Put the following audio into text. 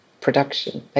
production